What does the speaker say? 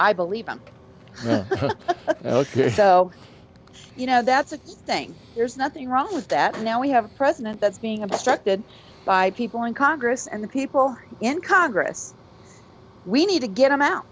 i believe him ok so you know that's a good thing there's nothing wrong with that now we have a president that's being obstructed by people in congress and the people in congress we need to get him out